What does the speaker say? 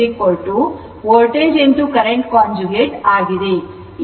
ಈಗ ಅರ್ಥವಾಗುತ್ತಿದೆ ಎಂದು ನಾನು ಭಾವಿಸುತ್ತೇನೆ